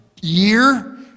year